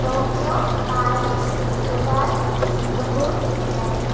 Tokyo Paris Dubai Singapore London